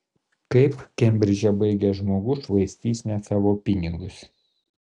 kaip kembridžą baigęs žmogus švaistys ne savo pinigus